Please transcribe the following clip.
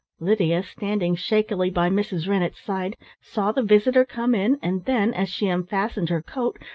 lydia, standing shakily by mrs. rennett's side, saw the visitor come in, and then, as she unfastened her coat,